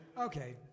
Okay